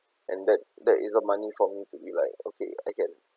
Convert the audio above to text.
and that that is the money for me to be like okay I can